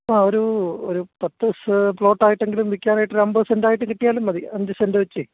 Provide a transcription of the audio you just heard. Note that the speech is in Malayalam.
ആഹ് ഒരു ഒരു പത്ത് പ്ലോട്ട് ആയിട്ടെങ്കിലും വിൽക്കാനായിട്ട് ഒരു അമ്പത് സെൻ്റ്റ് ആയിട്ട് കിട്ടിയാലും മതി അഞ്ച് സെൻറ്റ് വെച്ചേ